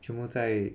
全部在